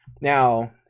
Now